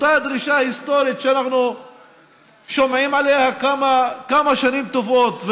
אותה דרישה היסטורית שאנחנו שומעים עליה כמה שנים טובות,